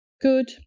Good